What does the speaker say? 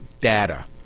data